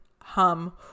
hum